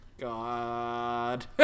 God